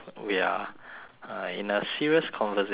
uh in a serious conversation right now